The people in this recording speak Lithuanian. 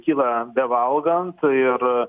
kyla bevalgant ir